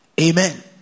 Amen